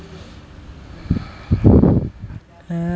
uh